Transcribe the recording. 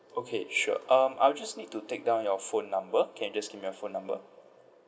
okay sure um I'll just need to take down your phone number can you just give me your phone number